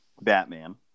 Batman